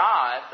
God